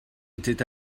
était